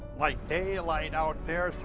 like daylight out there. so,